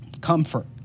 Comfort